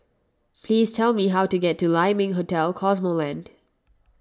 please tell me how to get to Lai Ming Hotel Cosmoland